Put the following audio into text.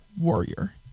warrior